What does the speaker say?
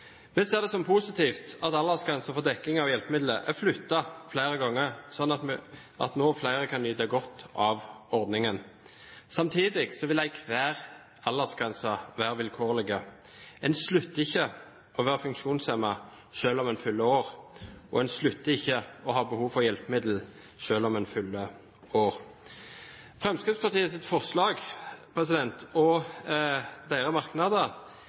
det som positivt at aldersgrensen for dekning av hjelpemidler er flyttet flere ganger, slik at noen flere kan nyte godt av ordningen. Samtidig vil enhver aldersgrense være vilkårlig. En slutter ikke å være funksjonshemmet selv om en fyller år, og en slutter ikke å ha behov for hjelpemidler selv om en fyller år. Fremskrittspartiets forslag og deres merknader